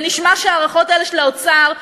זה נשמע שההערכות האלה של האוצר,